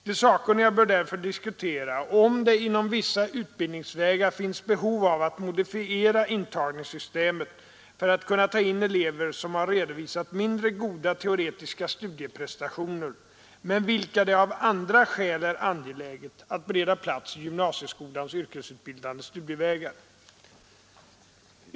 De sakkunniga bör därför diskutera om det inom vissa utbildningsvägar finns behov av att modifiera intagningssystemet för att kunna ta in elever som har redovisat mindre goda teoretiska studieprestationer men vilka det av andra skäl är angeläget att bereda plats i gymnasieskolans yrkesutbildande studievägar.